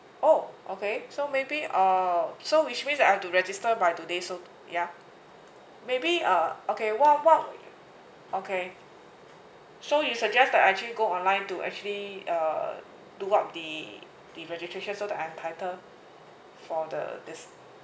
oh okay so maybe uh so which means that I have to register by today so ya maybe uh okay what what okay so you suggest that I actually go online to actually uh do up the the registration so that I'm entitled for the dis~